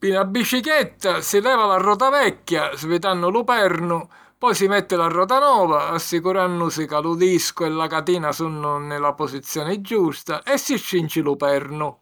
Pi na bicichetta, si leva la rota vecchia svitannu lu pernu, poi si metti la rota nova assicurànnusi ca lu discu e la catina sunnu nni la posizioni giusta, e si strinci lu pernu.